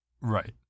Right